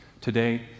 Today